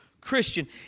Christian